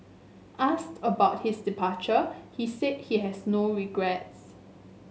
asked about his departure he said he has no regrets